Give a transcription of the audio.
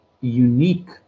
unique